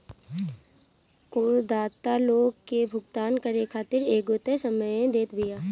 करदाता लोग के भुगतान करे खातिर एगो तय समय देत बिया